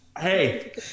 Hey